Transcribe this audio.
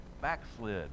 backslid